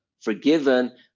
forgiven